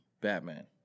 Batman